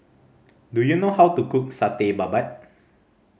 do you know how to cook Satay Babat